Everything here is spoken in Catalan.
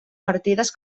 partides